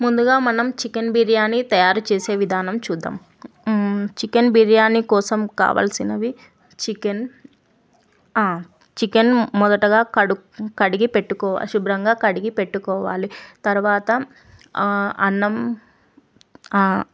ముందుగా మనం చికెన్ బిర్యాని తయారుచేసే విధానం చూద్దాం చికెన్ బిర్యాని కోసం కావలసినవి చికెన్ ఆ చికెన్ మొదటగా కడుగ్ కడిగిపెట్టుకో శుభ్రంగా కడిగిపెట్టుకోవాలి తర్వాత ఆ అన్నం